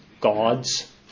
God's